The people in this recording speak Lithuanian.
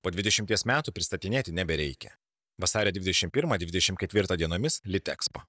po dvidešimties metų pristatinėti nebereikia vasario dvidešimt pirmą dvidešimt ketvirtą dienomis litekspo